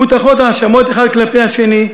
מוטחות האשמות אחד כלפי השני,